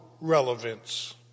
relevance